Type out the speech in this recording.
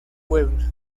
puebla